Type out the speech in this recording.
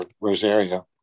Rosaria